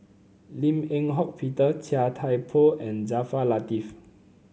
Lim Eng Hock Peter Chia Thye Poh and Jaafar Latiff